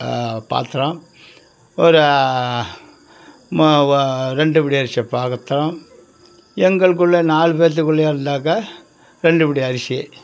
பாத்திரம் ஒரு ரெண்டு படி அரிசி பாத்திரம் எங்களுக்குள்ளே நாலு பேருத்துக்குள்ளேயே இருந்தாக்கா ரெண்டு படி அரிசி